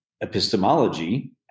epistemology